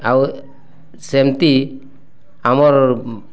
ଆଉ ସେମ୍ତି ଆମର୍